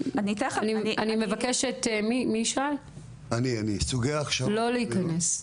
אני מבקשת לא להיכנס,